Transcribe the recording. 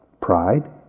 pride